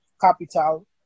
capital